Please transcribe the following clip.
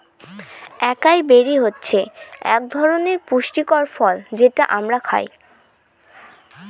একাই বেরি হচ্ছে এক ধরনের পুষ্টিকর ফল যেটা আমরা খায়